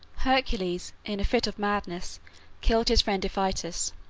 hercules in a fit of madness killed his friend iphitus,